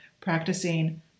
practicing